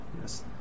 Yes